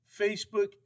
Facebook